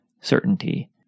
certainty